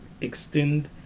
extend